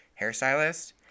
hairstylist